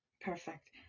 Perfect